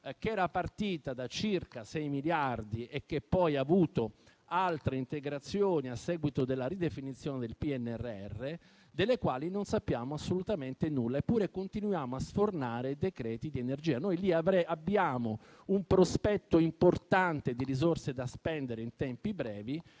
che era partita da circa 6 miliardi e poi ha avuto altre integrazioni a seguito della ridefinizione del PNRR, delle quali non sappiamo assolutamente nulla, eppure continuiamo a sfornare decreti-legge in materia di energia. Abbiamo un prospetto importante di risorse da spendere in tempi brevi,